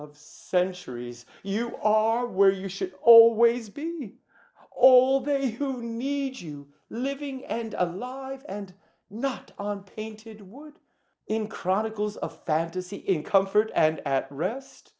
of centuries you are where you should always be all day who need you living and alive and not on painted wood in chronicles of fantasy in comfort and at rest